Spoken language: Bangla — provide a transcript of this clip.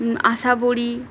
আশাবড়ি